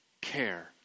care